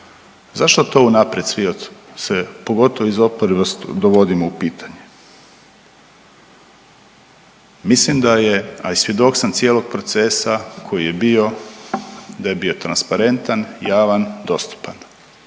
Zašto to unaprijed svi od se pogotovo iz oporbe dovodimo u pitanje? Mislim da je, a i svjedok sam cijelog procesa koji je bio da je bio transparentan, javan, dostupan.